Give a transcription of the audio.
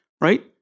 Right